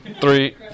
three